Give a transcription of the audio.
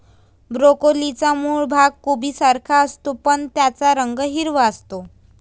ब्रोकोलीचा मूळ भाग कोबीसारखाच असतो, पण त्याचा रंग हिरवा असतो